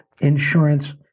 insurance